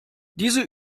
diese